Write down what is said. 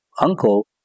uncle